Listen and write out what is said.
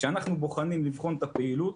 כשאנחנו באים לבחון את הפעילות,